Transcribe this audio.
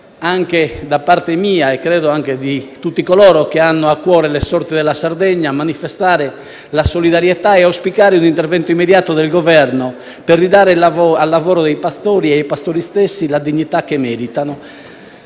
anche da parte mia, e credo di tutti coloro che hanno a cuore le sorti della Sardegna, e auspicare un intervento immediato del Governo per ridare al lavoro dei pastori e ai pastori stessi la dignità che meritano.